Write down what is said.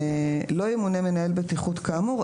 לא ימונה מנהל בטיחות כאמור,